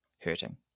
hurting